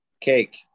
Cake